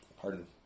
Pardon